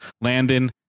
Landon